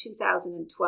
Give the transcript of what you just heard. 2012